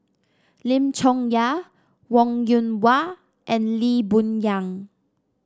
Lim Chong Yah Wong Yoon Wah and Lee Boon Yang